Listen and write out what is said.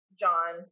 john